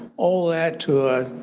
all that to a